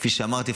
כפי שאמרתי,